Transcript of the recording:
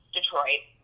Detroit